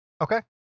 okay